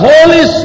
Holy